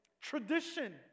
tradition